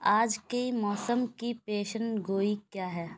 آج کی موسم کی پیشنگوئی کیا ہے